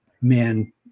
man